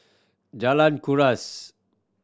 Jalan Kuras